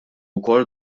wkoll